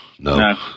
No